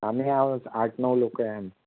आम्ही आहोत आठ नऊ लोकं आहे आम्ही